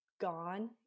gone